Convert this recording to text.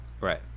right